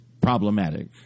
problematic